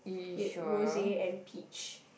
with rose and peach